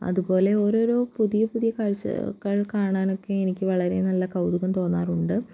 അതുപോലെ ഓരോരോ പുതിയ പുതിയ കാഴ്ചകൾ കാണാനൊക്കെ എനിക്ക് വളരെ നല്ല കൗതുകം തോന്നാറുണ്ട്